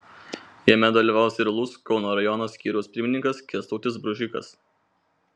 jame dalyvaus ir lūs kauno rajono skyriaus pirmininkas kęstutis bružikas